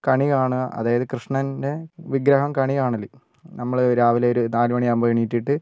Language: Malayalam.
കണി കാണുക അതായത് കൃഷ്ണൻ്റെ വിഗ്രഹം കണി കാണല് നമ്മള് രാവിലെ ഒരു നാല് മണിയാകുമ്പോ എണീറ്റിട്ട്